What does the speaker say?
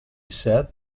said